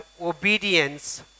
obedience